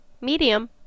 medium